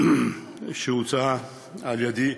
שהוצעה על-ידי,